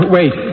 Wait